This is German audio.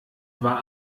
war